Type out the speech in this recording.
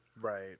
Right